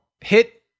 hit